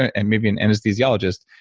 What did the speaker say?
and maybe and anesthesiologist.